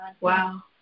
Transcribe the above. Wow